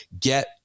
get